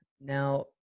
now